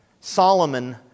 Solomon